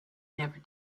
never